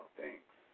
thanks